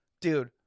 dude